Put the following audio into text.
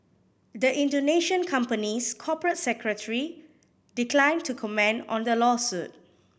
the Indonesian company's corporate secretary declined to comment on the lawsuit